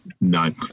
No